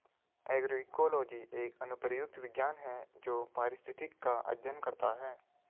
agroecology एक अनुप्रयुक्त विज्ञान है जो पारिस्थितिक का अध्ययन करता है